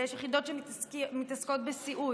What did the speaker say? ויש יחידות שמתעסקות בסיעוד,